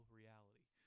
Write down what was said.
reality